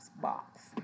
box